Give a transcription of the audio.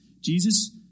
Jesus